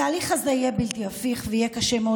התהליך הזה יהיה בלתי הפיך ויהיה קשה מאוד